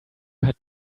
had